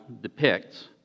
depicts